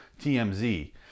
TMZ